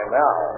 now